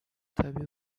tabii